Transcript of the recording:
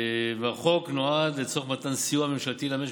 החוק נועד לצורך מתן סיוע ממשלתי למשק,